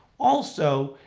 also,